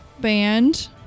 band